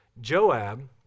Joab